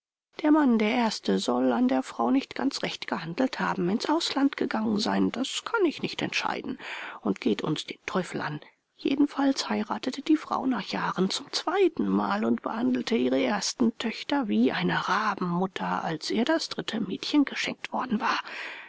der mann der erste soll an der frau nicht ganz recht gehandelt haben ins ausland gegangen sein das kann ich nicht entscheiden und geht uns den teufel an jedenfalls heiratete die frau nach jahren zum zweiten mal und behandelte ihre ersten töchter wie eine rabenmutter als ihr das dritte mädchen geschenkt worden war